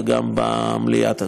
וגם במליאת הכנסת.